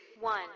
one